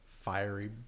Fiery